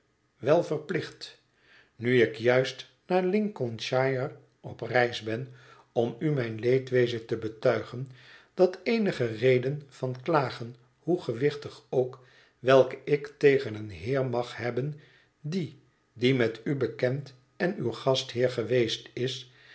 wel verplicht nu ik juist naar lincolnshire op reis ben om u mijn leedwezen te betuigen dat eénige reden van klagen hoe gewichtig ook welke ik tegen een heer mag hebben die die met u bekend en uw gastheer geweest is